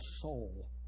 soul